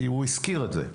כי הוא הזכיר את זה,